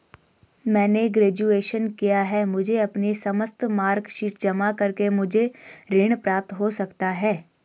मैंने ग्रेजुएशन किया है मुझे अपनी समस्त मार्कशीट जमा करके मुझे ऋण प्राप्त हो सकता है?